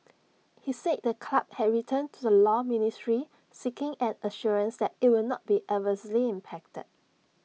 he said the club had written to the law ministry seeking an assurance that IT would not be adversely impacted